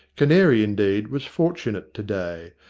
canary, indeed, was fortunate to-day,